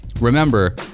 Remember